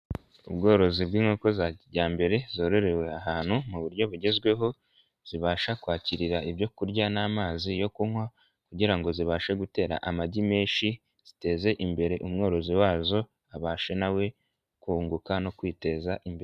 Ubworozi bw'inkoko za kijyambere zororewe ahantu mu buryo bugezweho zibasha kwakirira ibyo kurya n'amazi yo kunywa kugira ngo zibashe gutera amagi menshi ziteze imbere umworozi wazo abashe na we kunguka no kwiteza imbere.